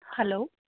hello